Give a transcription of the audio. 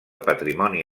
patrimoni